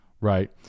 right